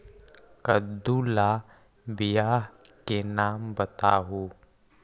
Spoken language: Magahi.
कददु ला बियाह के नाम बताहु?